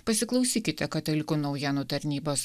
pasiklausykite katalikų naujienų tarnybos